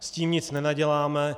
S tím nic nenaděláme.